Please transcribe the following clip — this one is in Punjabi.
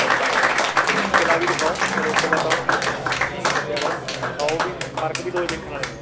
ਦੱਸਾਗੇ ਹਾਂ ਤੁਸੀਂ ਕਿਲ੍ਹਾ ਵੀ ਦਿਖਾਓ ਚਲੋ ਕਿਲ੍ਹਾ ਤਾਂ ਨਹੀਂ ਬੱਚਿਆਂ ਵਾਲਾ ਦਿਖਾਉ ਉਹ ਵੀ ਪਾਰਕ ਵੀ ਦੋਹੇਂ ਦੇਖਣ ਵਾਲੇ ਨੇ